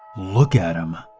look at him.